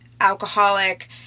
alcoholic